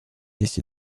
jeść